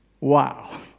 Wow